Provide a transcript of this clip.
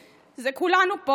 זה כולנו פה,